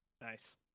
nice